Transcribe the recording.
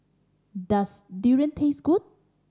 does durian taste good